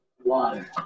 Water